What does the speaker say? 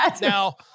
Now